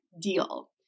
deal